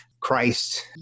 Christ